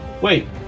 Wait